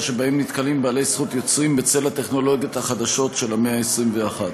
שבעלי זכות יוצרים נתקלים בהם בצל הטכנולוגיות החדשות של המאה ה-21.